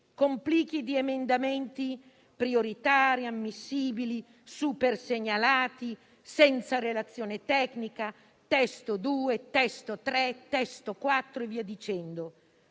con plichi di emendamenti prioritari, ammissibili, supersegnalati, senza relazione tecnica, testo 2, testo 3, testo 4 e via dicendo.